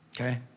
okay